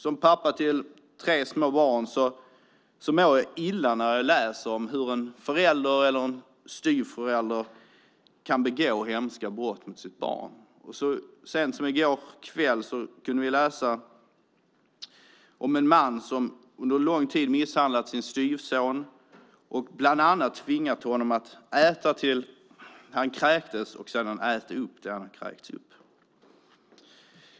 Som pappa till tre små barn mår jag illa när jag läser om hur en förälder eller styvförälder begår hemska brott mot sitt barn. Så sent som i går kväll kunde vi läsa om en man som under lång tid misshandlat sin styvson och bland annat tvingat honom att äta tills han kräktes och sedan äta upp det han kräkts upp.